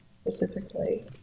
specifically